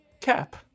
Cap